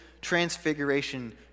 transfiguration